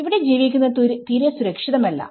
ഇവിടെ ജീവിക്കുന്നത് തീരെ സുരക്ഷിതമല്ല